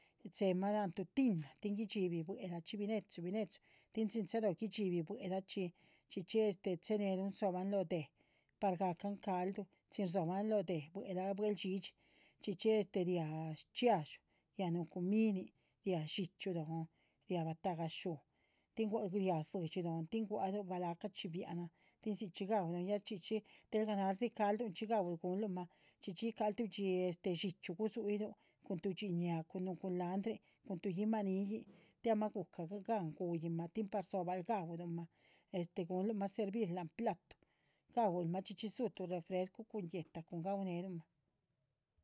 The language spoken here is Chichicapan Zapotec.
Xhe´ma lanh tu tina gudxibi buelachi binechu binechu tin chin cha´lo gudxibi buelachi, chxíchi chenerún zoban lo deh par gacán caldu chinn- zoban lo deh buela buelchxíchi, chxíchi ría shchxiadxú ría nun cuminin ría dxíchyu lonh ría batagayáhxu tin ría dzidxi lonh guahlu blacachí biananh, tin sichí ga´ulúhn del ganashí calduchí gunluma chxíchi guicarú dxíchyu gusuirú cun tu dxiña cun tu culandrín tu yiimannin tin ama gucá ganh guíma tin par zobaru ga´uluma, gunluma servir lanh platu ga´huluma chxíchi su tu refrescu cun guéhta ga´uneruma.